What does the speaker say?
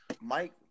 Mike